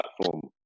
platform